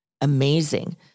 amazing